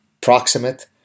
proximate